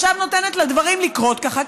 עכשיו היא נותנת לדברים לקרות ככה.